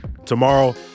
Tomorrow